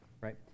right